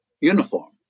uniform